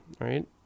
right